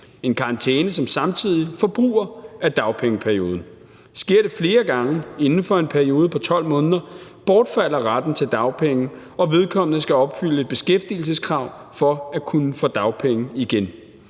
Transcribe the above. en karantæne, som samtidig forbruger af dagpengeperioden. Sker det flere gange inden for en periode på 12 måneder, bortfalder retten til dagpenge, og vedkommende skal opfylde et beskæftigelseskrav for at kunne få dagpenge igen.